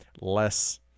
less